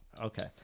Okay